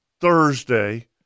Thursday